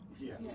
Yes